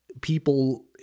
people